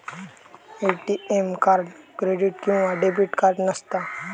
ATM card credit किंवा debit card नसता